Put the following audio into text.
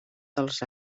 dels